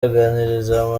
aganiriza